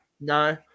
No